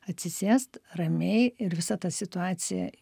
atsisėst ramiai ir visą tą situaciją